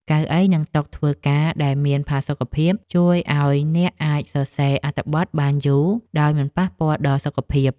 កៅអី និងតុធ្វើការដែលមានផាសុកភាព ជួយឱ្យអ្នកអាចសរសេរអត្ថបទបានយូរដោយមិនប៉ះពាល់ដល់សុខភាព។